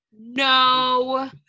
no